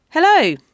Hello